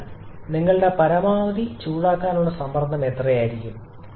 അതിനാൽ നിങ്ങളുടെ പരമാവധി ചൂടാക്കാനുള്ള സമ്മർദ്ദം എന്തായിരിക്കും